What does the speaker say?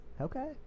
Okay